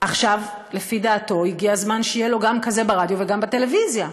עכשיו לפי דעתו הגיע הזמן שיהיה לו גם כזה ברדיו וגם בטלוויזיה,